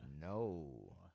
No